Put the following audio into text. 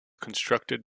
constructed